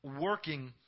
working